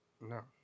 No